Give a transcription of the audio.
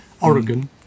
Oregon